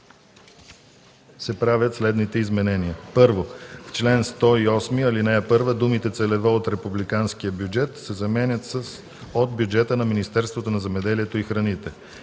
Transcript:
се правят следните изменения: 1. В чл. 108, ал. 1 думите „целево от републиканския бюджет” се заменят с „от бюджета на Министерството на земеделието и храните”.